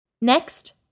Next